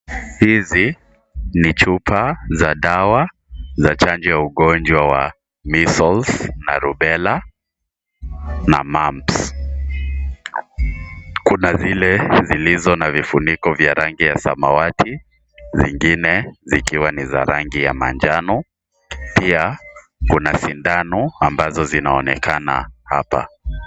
Hizi ni chupa za dawa za chanjo ya ugonjwa wa Measles na Rubella na Mamps. Kuna zile zilizo na vifuniko vya rangi ya samawati zingine zikiwa ni za rangi ya manjano. Pia kuna sindano ambazo zinaonekana hapa.